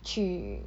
去